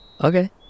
Okay